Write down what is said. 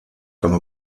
comme